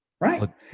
right